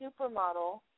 supermodel